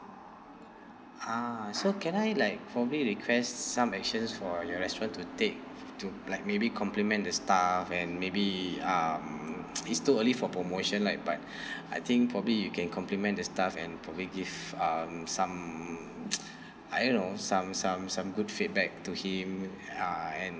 ah so can I like probably request some actions for your restaurant to take to like maybe compliment the staff and maybe um he's too early for promotion like but I think probably you can compliment the staff and probably give um some I don't know some some some good feedback to him uh and